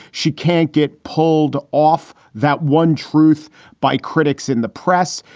she can't get pulled off that one truth by critics in the press.